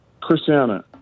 Christiana